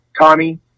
Tommy